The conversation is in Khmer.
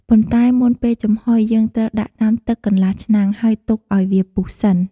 ប៉ុន្តែមុនពេលចំហុយ យើងត្រូវដាក់ដាំទឹកកន្លះឆ្នាំង ហើយទុកឲ្យវាពុះសិន។